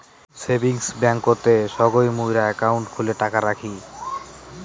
savings ব্যাংকতে সগই মুইরা একাউন্ট খুলে টাকা রাখি